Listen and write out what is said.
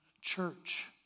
church